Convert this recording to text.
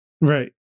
right